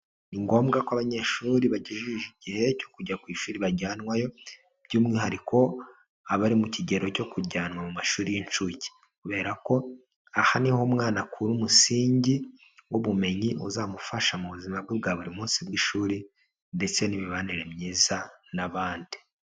Ni ngombwa ko abanyeshuri bagejeje igihe cyo kujya ku ishuri bajyanwayo, by'umwihariko abari mu kigero cyo kujyanwa mu mashuri y'incuke, kubera ko aha niho umwana akura umusingi w'ubumenyi uzamufasha mu buzima bwe bwa buri munsi bw'ishuri ndetse n'imibanire myiza n'abandi.